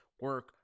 Work